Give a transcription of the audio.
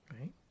Right